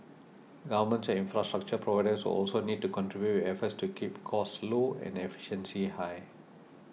governments and infrastructure providers will also need to contribute with efforts to keep costs low and efficiency high